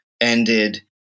ended